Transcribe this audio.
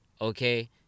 okay